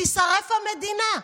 "שתישרף המדינה".